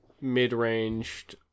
mid-ranged